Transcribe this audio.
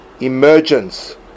emergence